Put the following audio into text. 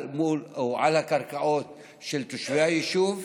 מול או על הקרקעות של תושבי היישוב,